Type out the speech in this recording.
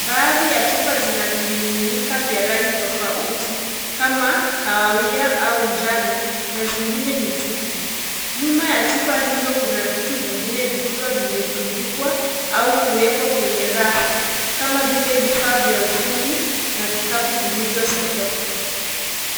Baadhi ya chupa zina vimiminika vya rangi tofauti, kama kahawia au njano na zingine ni tupu. Nyuma ya chupa hizo kuna vitu vingine vikiwa vimetundikwa au kuwekwa kwenye rafu, kama vile vifaa vya ufundi, na vikapu vilivyosokotwa.